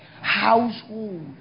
household